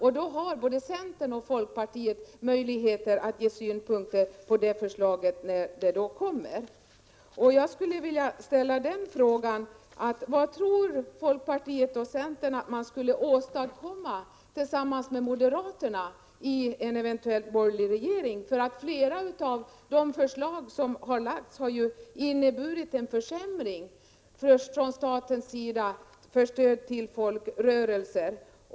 Centerpartiet och folkpartiet har möjligheter att anlägga synpunkter på det förslaget när det kommer. Jag skulle vilja fråga: Vad tror folkpartiet och centerpartiet att de skulle åstadkomma tillsammans med moderaterna i en eventuell borgerlig regering? Flera av de förslag som har framlagts har ju inneburit en försämring av stödet från statens sida till folkrörelserna.